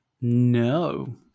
No